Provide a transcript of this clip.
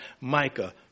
Micah